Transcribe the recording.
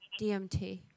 DMT